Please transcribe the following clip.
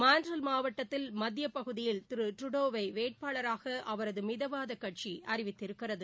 Montreal மாவட்டத்தில் மத்திய பகுதியில் திரு ட்ருடோவை வேட்பாளராக அவரது மிதவாத கட்சி அறிவித்திருக்கிறது